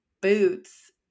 boots